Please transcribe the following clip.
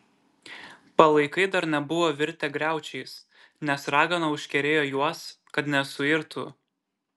palaikai dar nebuvo virtę griaučiais nes ragana užkerėjo juos kad nesuirtų